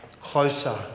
closer